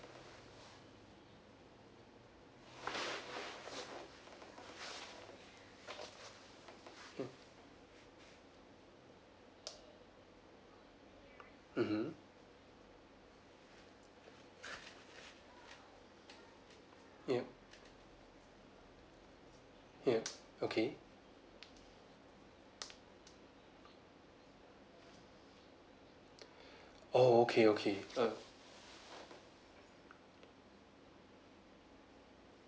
mmhmm yup yup okay oh okay okay err